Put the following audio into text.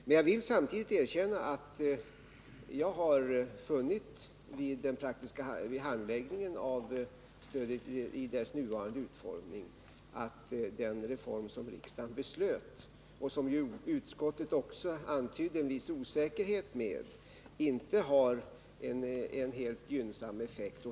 Men när det gäller den praktiska handläggningen av stödet i dess nuvarande utformning vill jag samtidigt erkänna att jag har funnit att den reform som riksdagen fattade beslut om och som utskottet också antydde en viss osäkerhet inför inte har en helt gynnsam effekt.